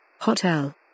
Hotel